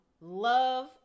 Love